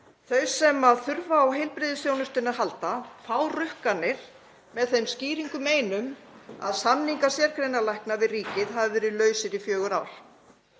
Þau sem þurfa á heilbrigðisþjónustunni að halda fá rukkanir með þeim skýringum einum að samningar sérgreinalækna við ríkið hafi verið lausir í fjögur ár.